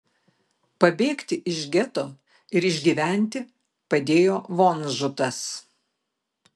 pabėgti iš geto ir išgyventi padėjo vonžutas